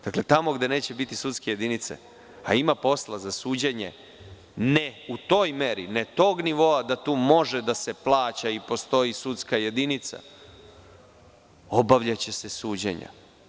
Dakle, tamo gde neće biti sudske jedinice, a ima posla za suđenje, ne u toj meri i tog nivoa da tu može da se plaća i postoji sudska jedinica, obavljaće se suđenja.